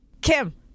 Kim